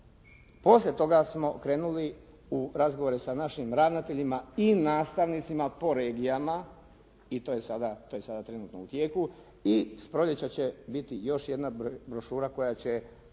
Poslije toga smo krenuli u razgovore sa našim ravnateljima i nastavnicima po regijama i to je sada trenutno u tijeku i s proljeća će biti još jedna brošura koja će